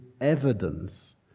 evidence